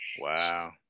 Wow